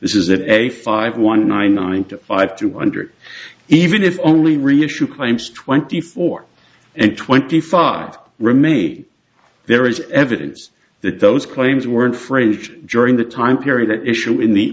this is it a five one nine ninety five two hundred even if only reissue claims twenty four and twenty five remain there is evidence that those claims weren't phrased during the time period that issue in the